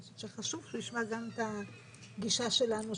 אני חושבת שחשוב שהוא ישמע גם את הגישה שלנו,